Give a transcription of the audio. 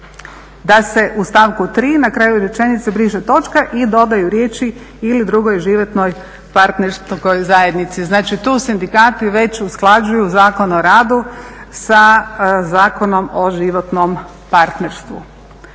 da se u stavku 3. na kraju rečenice briše točka i dodaju riječi "ili drugoj životnoj partnerskoj zajednici". Znači tu sindikati već usklađuju Zakon o radu sa Zakonom o životnom partnerstvu.